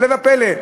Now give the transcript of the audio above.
הפלא ופלא,